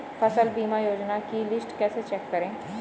फसल बीमा योजना की लिस्ट कैसे चेक करें?